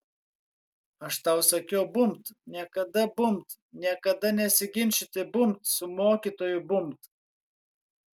aš tau sakiau bumbt niekada bumbt niekada nesiginčyti bumbt su mokytoju bumbt